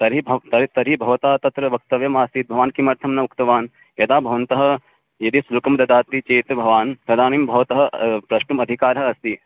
तर्हि भव् त तर्हि भवता तत्र वक्तव्यमासीत् भवान् किमर्थं न उक्तवान् यदा भवन्तः यदि शुल्कं ददाति चेत् भवान् तदानीं भवतः प्रष्टुम् अधिकारः अस्ति